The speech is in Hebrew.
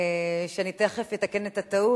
ואני תיכף אתקן את הטעות.